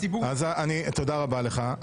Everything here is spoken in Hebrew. הציבור --- תודה רבה לך.